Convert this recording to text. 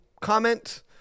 comment